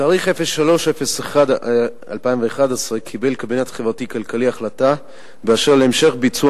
בתאריך 3 בינואר 2011 קיבל הקבינט החברתי-כלכלי החלטה באשר להמשך ביצוע